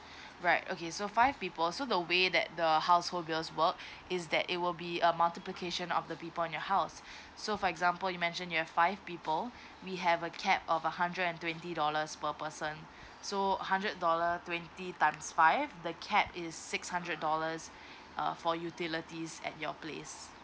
right okay so five people so the way that the household will work is that it will be a multiplication of the people in your house so for example you mentioned you have five people we have a cap of a hundred and twenty dollars per person so hundred dollar twenty times five the cap is six hundred dollars uh for utilities at your place